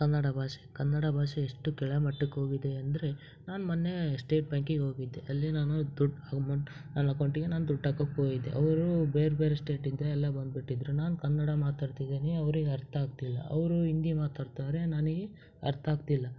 ಕನ್ನಡ ಭಾಷೆ ಕನ್ನಡ ಭಾಷೆ ಎಷ್ಟು ಕೆಳಮಟ್ಟಕ್ಕೆ ಹೋಗಿದೆ ಅಂದರೆ ನಾನು ಮೊನ್ನೆ ಸ್ಟೇಟ್ ಬ್ಯಾಂಕಿಗೆ ಹೋಗಿದ್ದೆ ಅಲ್ಲಿ ನಾನು ದುಡ್ಡು ಅಮೌಂಟ್ ನನ್ನ ಅಕೌಂಟಿಗೆ ನಾನು ದುಡ್ಡು ಹಾಕಕ್ಕೆ ಹೋಗಿದ್ದೆ ಅವರು ಬೇರೆ ಬೇರೆ ಸ್ಟೇಟಿಂದ ಎಲ್ಲ ಬಂದು ಬಿಟ್ಟಿದ್ದರು ನಾನು ಕನ್ನಡ ಮಾತಾಡ್ತಿದ್ದೀನಿ ಅವ್ರಿಗೆ ಅರ್ಥ ಆಗ್ತಿಲ್ಲ ಅವರು ಹಿಂದಿ ಮಾತಾಡ್ತವ್ರೆ ನನಗೆ ಅರ್ಥ ಆಗ್ತಿಲ್ಲ